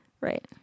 Right